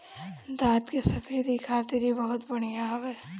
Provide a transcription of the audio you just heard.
दांत के सफेदी खातिर इ बहुते बढ़िया हवे